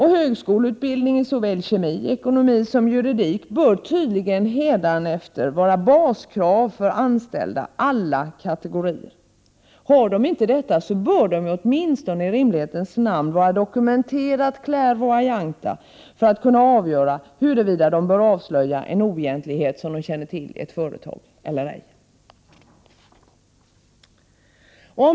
Högskoleutbildning i såväl kemi som ekonomi och juridik bör tydligen hädanefter vara baskrav för anställda, alla kategorier. Har de inte detta bör de åtminstone i rimlighetens namn vara dokumenterat klärvoajanta för att kunna avgöra huruvida de bör avslöja en oegentlighet som de känner till i ett företag eller ej.